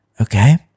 okay